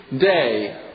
day